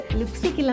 lipstick